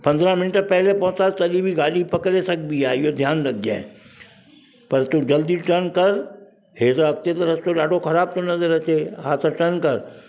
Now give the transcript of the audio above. पंद्रहां मिंट पहले पहुतासीं तॾहिं बि गाॾी पकिड़े सघिबी आहे इहो ध्यानु रखिजे पर तूं जल्दी टन कर इहो त अॻिते त रस्तो ॾाढो ख़राबु थो नज़र अचे हा त टन कर